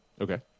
Okay